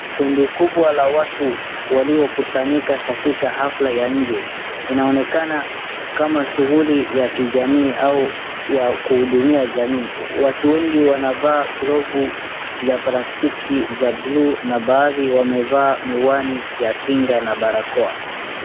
Kundi kubwa la atu waliokusanyika katika hafla ya nje inaonekana kama shughuli ya kijamii au ya kuhudumia jamii. Watu wengi wanavaa glovu za plastiki za buluu na baadhi wamevaa miwani ya kinga na barakoa.